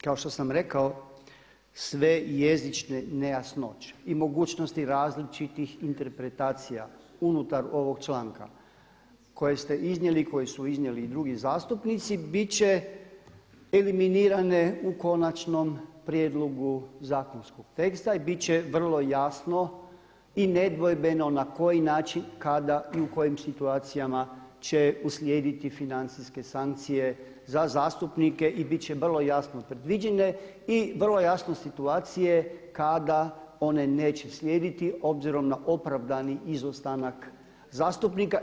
Kao što sam rekao, sve jezične nejasnoće i mogućnosti različitih interpretacija unutar ovog članka koje ste iznijeli, koje su iznijeli i drugi zastupnici biti će eliminirane u konačnom prijedlogu zakonskog teksta i biti će vrlo jasno i nedvojbeno na koji način, kada i u kojim situacijama će uslijediti financijske sankcije za zastupnike i biti će vrlo jasno predviđene i vrlo jasno situacije kada one neće slijediti obzirom na opravdani izostanak zastupnika.